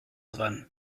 dran